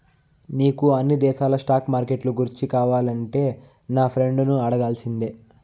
నీకు అన్ని దేశాల స్టాక్ మార్కెట్లు గూర్చి కావాలంటే నా ఫ్రెండును అడగాల్సిందే